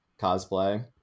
cosplay